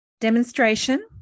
demonstration